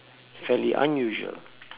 fairly unusual